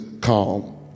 calm